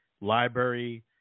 library